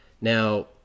Now